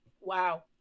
Wow